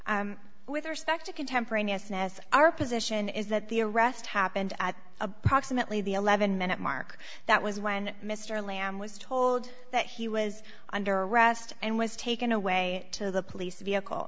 ness our position is that the arrest happened at a proximately the eleven minute mark that was when mr lamb was told that he was under arrest and was taken away to the police vehicle